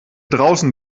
draußen